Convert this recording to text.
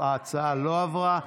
ההצעה לא עברה.